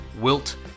Wilt